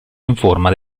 informa